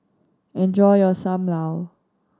enjoy your Sam Lau